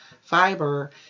fiber